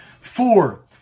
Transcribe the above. Four